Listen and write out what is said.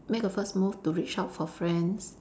make a first move to reach out for friends